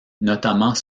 notamment